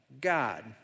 God